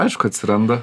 aišku atsiranda